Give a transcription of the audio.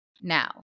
Now